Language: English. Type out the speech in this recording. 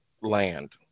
land